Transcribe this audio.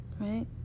right